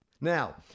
now